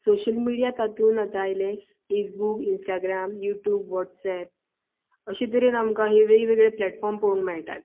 social media तातूंत आतां आयलें फेसबूक इंस्टाग्राम यूट्यूब वॉट्सऍप अशे तरेन आमकां हे वेगवेगळे प्लेटफॉर्म पळोवंक मेळटात